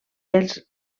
els